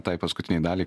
tai paskutinei daliai